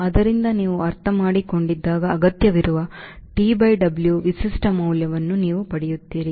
ಆದ್ದರಿಂದ ನೀವು ಅರ್ಥಮಾಡಿಕೊಂಡಾಗ ಅಗತ್ಯವಿರುವ TW ವಿಶಿಷ್ಟ ಮೌಲ್ಯವನ್ನು ನೀವು ಪಡೆಯುತ್ತೀರಿ